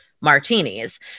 martinis